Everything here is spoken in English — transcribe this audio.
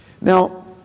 Now